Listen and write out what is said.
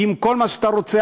עם כל מה שאתה רוצה.